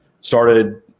started